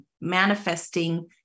manifesting